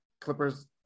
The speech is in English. Clippers